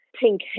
pink